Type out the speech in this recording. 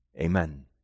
Amen